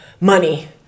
money